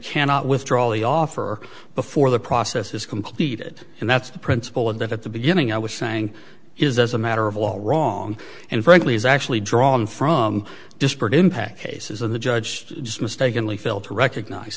cannot withdraw all the offer before the process is completed and that's the principle and that at the beginning i was saying is as a matter of all wrong and frankly has actually drawn from disparate impact cases and the judge just mistakenly failed to recognize